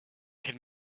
can